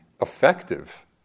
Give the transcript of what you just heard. effective